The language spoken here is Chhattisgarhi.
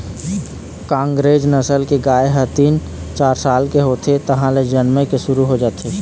कांकरेज नसल के गाय ह तीन, चार साल के होथे तहाँले जनमे के शुरू हो जाथे